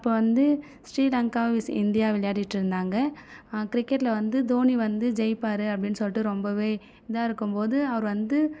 அப்போ வந்து Sri Lanka vs India விளையாடிகிட்டிருந்தாங்க கிரிக்கெட்டில் வந்து தோனி வந்து ஜெயிப்பார் அப்படின்னு சொல்லிட்டு ரொம்பவே இதாக இருக்கும்போது அவர் வந்து